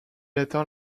atteint